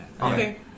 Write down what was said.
Okay